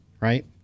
right